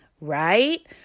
right